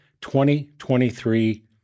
2023